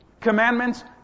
Commandments